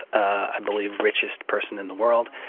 i believe, richest person in the world.